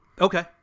Okay